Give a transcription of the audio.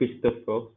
Christopher